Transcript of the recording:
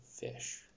Fish